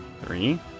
Three